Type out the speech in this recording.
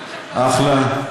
אחלה,